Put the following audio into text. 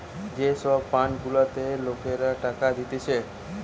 যে সব ফান্ড গুলাতে লোকরা টাকা দিতেছে